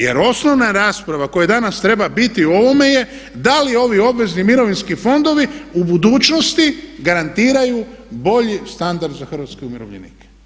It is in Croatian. Jer osnovna rasprava koja danas treba biti u ovome je da li ovi obvezni mirovinski fondovi u budućnosti garantiraju bolji standard za hrvatske umirovljenike.